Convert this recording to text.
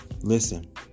Listen